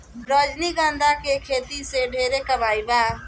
रजनीगंधा के खेती से ढेरे कमाई बा